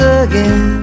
again